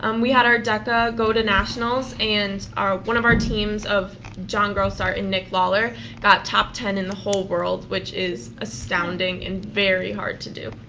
um we had our deca go to nationals and one of our teams of john grossart and nick lawler got top ten in the whole world, which is astounding and very hard to do.